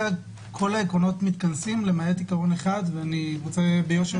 כל העקרונות מתכנסים למעט עיקרון אחד ואני רוצה ביושר